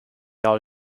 all